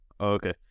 Okay